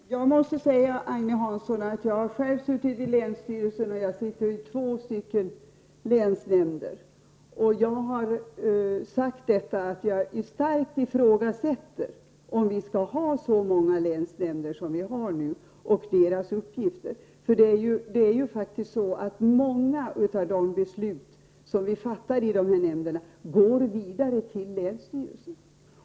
Herr talman! Jag måste säga Agne Hansson, att jag själv har suttit i länsstyrelsen och att jag sitter i två länsnämnder, och jag ifrågasätter starkt om det skall finnas så många länsnämnder som nu finns med de uppgifter de har. Många av de beslut som vi fattar i de nämnderna går nämligen vidare till länsstyrelsen.